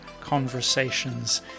conversations